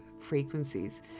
frequencies